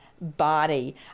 body